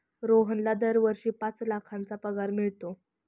रोहनला दरवर्षी पाच लाखांचा पगार मिळतो